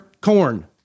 corn